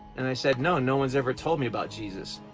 and i said no, no one's ever told me about jesus.